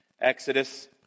Exodus